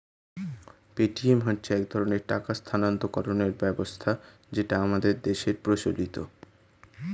Paytm হচ্ছে এক ধরনের টাকা স্থানান্তরকরণের ব্যবস্থা যেটা আমাদের দেশের প্রচলিত